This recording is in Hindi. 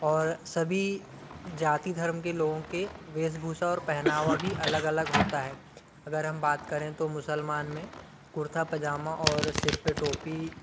और सभी जाति धर्म के लोगों की वेशभूषा और पेहनावा भी अलग अलग होता है अगर हम बात करें तो मुसलमान में कुर्ता पजामा और सिर पर टोपी